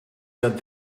that